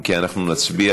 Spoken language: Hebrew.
אם כן, אנחנו נצביע.